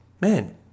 man